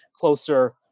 closer